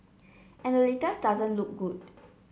and the latest doesn't look good